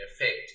effect